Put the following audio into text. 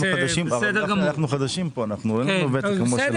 אנחנו חדשים פה, אין לנו ותק כמו שלך.